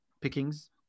pickings